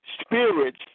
Spirits